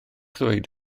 ddweud